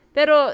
Pero